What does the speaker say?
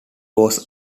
was